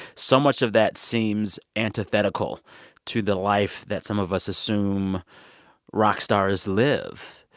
so much of that seems antithetical to the life that some of us assume rock stars live.